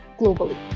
globally